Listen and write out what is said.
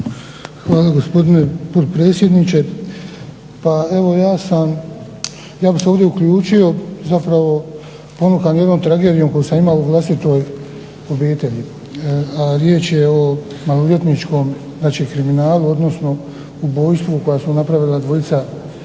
Hvala gospodine potpredsjedniče. Pa evo ja sam, ja bih se ovdje uključio zapravo ponukan jednom tragedijom koju sam imao u vlastitoj obitelji,a riječ je o maloljetničkom znači kriminalu, odnosno ubojstvu koja su napravila dvojica